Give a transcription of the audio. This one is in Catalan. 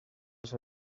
els